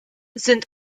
sind